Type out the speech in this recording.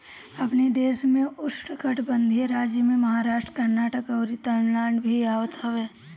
अपनी देश में उष्णकटिबंधीय राज्य में महाराष्ट्र, कर्नाटक, अउरी तमिलनाडु भी आवत हवे